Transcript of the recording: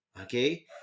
okay